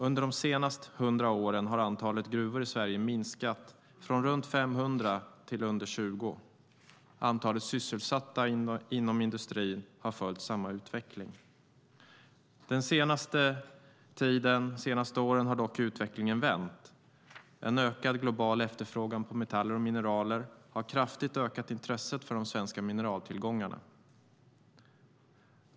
Under de senaste 100 åren har antalet gruvor i Sverige minskat från runt 500 till under 20. Antalet sysselsatta inom gruvindustrin har följt samma utveckling. De senaste åren har dock utvecklingen vänt. En ökad global efterfrågan på metaller och mineraler har kraftigt ökat intresset för de svenska mineraltillgångarna.